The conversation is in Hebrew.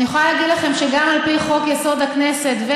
אני יכולה להגיד לכם שגם על פי חוק-יסוד: הכנסת